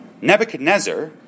Nebuchadnezzar